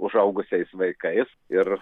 užaugusiais vaikais ir